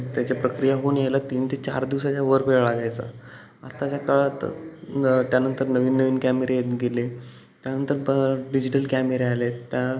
त्याची प्रक्रिया होऊन यायला तीन ते चार दिवसाच्या वर वेळ लागायचा आत्ताच्या काळात न त्यानंतर नवीन नवीन कॅमेरे येत गेले त्यानंतर ब डिजिटल कॅमेरे आले आहेत त्या